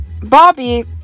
Bobby